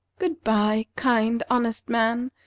good-by, kind, honest man.